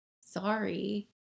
Sorry